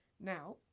Now